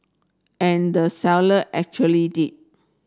and the seller actually did